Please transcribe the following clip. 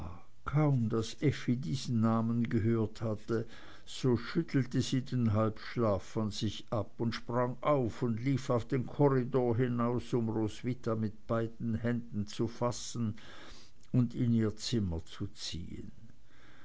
kaum daß effi diesen namen gehört hatte so schüttelte sie den halbschlaf von sich und sprang auf und lief auf den korridor hinaus um roswitha bei beiden händen zu fassen und in ihr zimmer zu ziehen